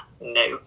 No